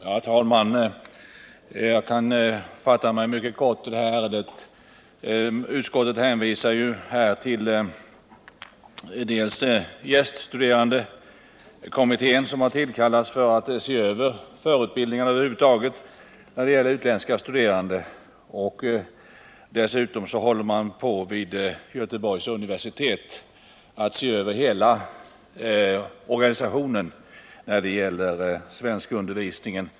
Herr talman! Jag kan fatta mig mycket kort i det här ärendet. Utskottet hänvisar till gäststuderandekommittén, som tillkallats för att se över förutbildningen över huvud taget när det gäller utländska studerande. Dessutom håller man vid Göteborgs universitet på med att se över hela organisationen av svenskundervisningen.